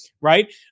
right